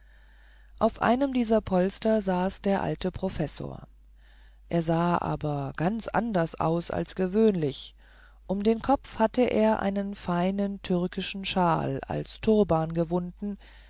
auf einem dieser polster saß der alte professor er sah aber ganz anders aus als gewöhnlich um den kopf hatte er einen feinen türkischen shawl als turban gewunden